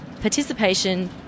participation